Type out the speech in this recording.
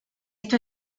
esto